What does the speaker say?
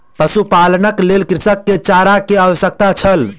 पशुपालनक लेल कृषक के चारा के आवश्यकता छल